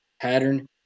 pattern